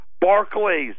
Barclays